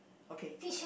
okay